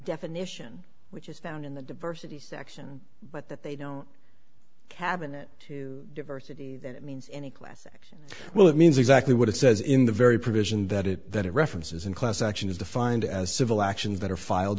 definition which is found in the diversity section but that they don't cabinet diversity means any class action well it means exactly what it says in the very provision that it that it references in class action is defined as civil actions that are filed